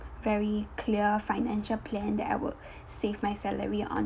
very clear financial plan that I will save my salary onto